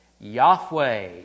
Yahweh